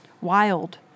Wild